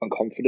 unconfident